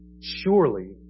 Surely